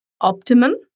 optimum